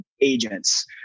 agents